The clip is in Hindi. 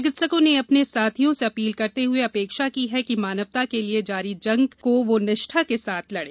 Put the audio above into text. चिकित्सकों ने अपने साथियों से अपील करते हुये अपेक्षा की है कि मानवता के लिये जारी जंग को वह निष्ठा के साथ लड़े